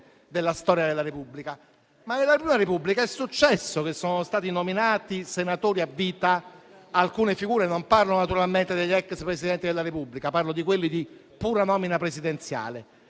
della storia della Repubblica, ma nella prima Repubblica è successo che sono stati nominati senatori a vita alcune figure - non parlo naturalmente degli ex Presidenti della Repubblica, ma parlo delle figure di pura nomina presidenziale